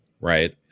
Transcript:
right